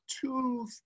two